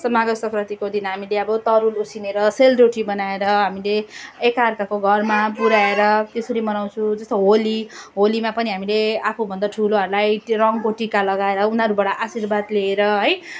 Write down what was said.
माघे सङ्क्रान्तिको दिन हामीले अब तरुल उसिनेर सेलरोटी बनाएर हामीले एक अर्काको घरमा पुऱ्याएर त्यसरी मनाउछौँ जस्तो होली होलीमा पनि हामीले आफू भन्दा ठुलोहरूलाई त्यो रङको टीकाहरू उनीहरूबाट आशीर्वाद लिएर है